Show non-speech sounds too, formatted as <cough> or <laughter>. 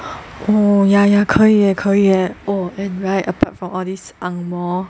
<breath> oh ya ya 可以 leh 可以 leh oh and right apart from all these angmoh